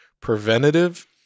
preventative